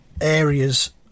areas